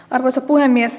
arvoisa puhemies